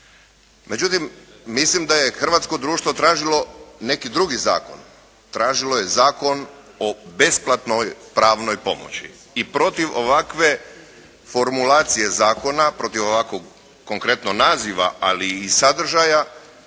Međutim, mislim da je hrvatsko društvo tražilo neki drugi zakon, tražilo je zakon o besplatnoj pravnoj pomoći i protiv ovakve formulacije zakona, protiv ovakvog konkretno naziva, ali i sadržaja,